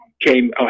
came